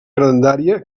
grandària